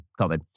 COVID